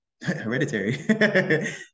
hereditary